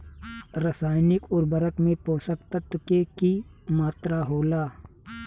रसायनिक उर्वरक में पोषक तत्व के की मात्रा होला?